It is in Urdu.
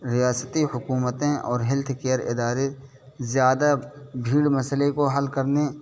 ریاستی حکومتیں اور ہیلتھ کیئر ادارے زیادہ بھیڑ مسئلے کو حل کرنے